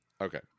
Okay